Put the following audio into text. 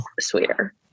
sweeter